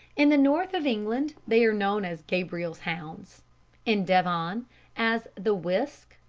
in the north of england they are known as gabriel's hounds in devon as the wisk,